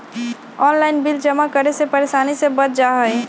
Online bill जमा करे से परेशानी से बच जाहई?